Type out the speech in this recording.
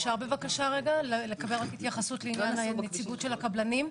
אפשר בבקשה רגע לקבל רק התייחסות לעניין הנציגות של הקבלנים?